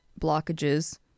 blockages